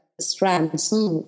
strands